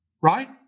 right